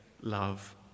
love